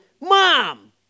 mom